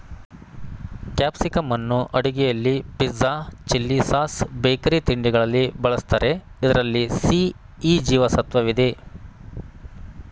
ಕ್ಯಾಪ್ಸಿಕಂನ್ನು ಅಡುಗೆಯಲ್ಲಿ pizza, chilli sauce, bakery ತಿಂಡಿಗಳಲ್ಲಿ ಬಳ್ಸತ್ತರೆ ಇದ್ರಲ್ಲಿ ಸಿ, ಇ ಜೀವ ಸತ್ವವಿದೆ